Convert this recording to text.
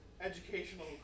educational